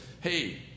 Hey